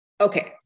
Okay